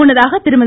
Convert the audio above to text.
முன்னதாக திருமதி